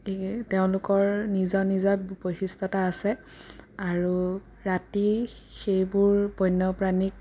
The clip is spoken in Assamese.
গতিকে তেওঁলোকৰ নিজা নিজাত বৈশিষ্ট্যতা আছে আৰু ৰাতি সেইবোৰ বন্যপ্ৰাণীক